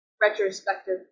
retrospective